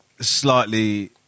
slightly